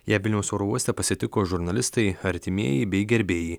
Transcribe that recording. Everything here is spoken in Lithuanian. ją vilniaus oro uoste pasitiko žurnalistai artimieji bei gerbėjai